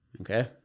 okay